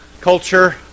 culture